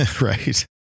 Right